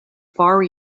far